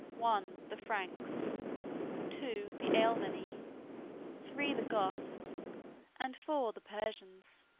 one. the franks two. the alemanni three. the goths and, four. the persians.